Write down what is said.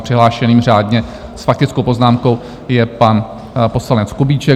Přihlášeným řádně s faktickou poznámkou je pan poslanec Kubíček.